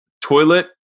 toilet